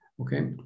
okay